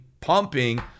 pumping